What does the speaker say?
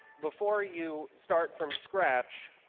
before you start from scratch,